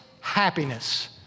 happiness